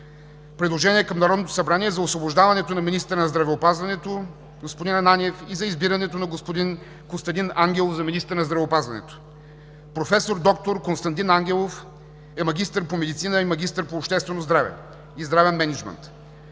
предложение към Народното събрание за освобождаването на министъра на здравеопазването господин Ананиев и за избирането на господин Костадин Ангелов за министър на здравеопазването. Професор доктор Костадин Ангелов е магистър по медицина и магистър по обществено здраве и здравен мениджмънт.